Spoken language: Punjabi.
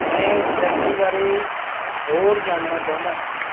ਮੈਂ ਇਸ ਵਿਅਕਤੀ ਬਾਰੇ ਹੋਰ ਜਾਣਨਾ ਚਾਹੁੰਦਾ ਹਾਂ